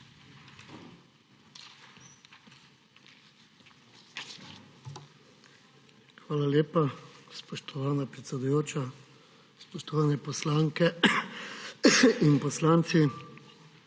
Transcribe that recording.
Hvala lepa, spoštovana predsedujoča. Spoštovani poslanke in poslanci!